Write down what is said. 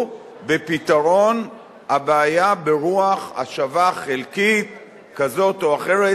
בפתרון הבעיה ברוח השבה חלקית כזו או אחרת,